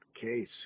case